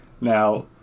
Now